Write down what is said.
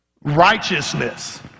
righteousness